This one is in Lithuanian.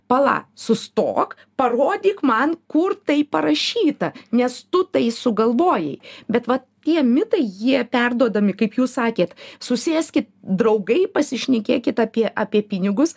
pala sustok parodyk man kur taip parašyta nes tu tai sugalvojai bet vat tie mitai jie perduodami kaip jūs sakėt susėskit draugai pasišnekėkit apie apie pinigus